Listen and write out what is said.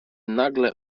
nagle